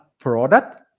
product